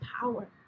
power